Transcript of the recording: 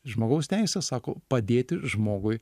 žmogaus teisės sako padėti žmogui